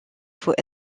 faut